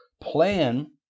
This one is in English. plan